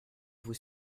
vous